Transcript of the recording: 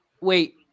Wait